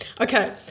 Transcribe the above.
Okay